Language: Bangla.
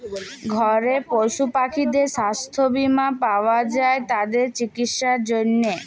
ঘরের পশু পাখিদের ছাস্থ বীমা পাওয়া যায় তাদের চিকিসার জনহে